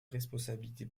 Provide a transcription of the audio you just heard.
responsabilité